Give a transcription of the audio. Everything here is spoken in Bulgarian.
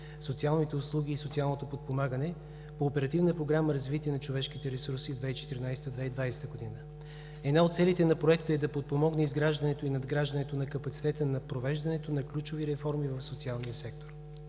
социалните услуги и социалното подпомагане“ по Оперативна програма „Развитие на човешките ресурси 2014 – 2020 г.“ Една от целите на проекта е да подпомогне изграждането и надграждането на капацитета на провеждането на ключови реформи в социалния сектор.